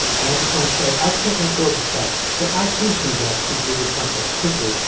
and i just want to say i can't let go of the fact that i, too, can grasp these legal concepts quickly.